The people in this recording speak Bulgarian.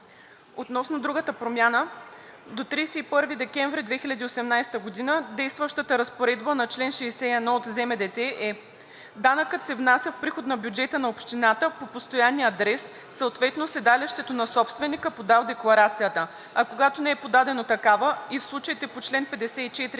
Относно другата промяна. До 31 декември 2018 г. действащата разпоредба на чл. 61 от ЗМДТ е: „Данъкът се внася в приход на бюджета на общината по постоянния адрес, съответно седалището на собственика, подал декларацията, а когато не е подадена такава и в случаите по чл. 54, ал. 5,